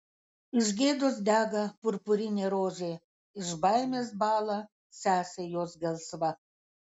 iš gėdos dega purpurinė rožė iš baimės bąla sesė jos gelsva